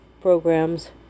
programs